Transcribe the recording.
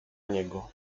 niego